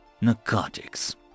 Narcotics